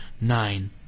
nine